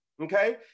Okay